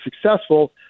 successful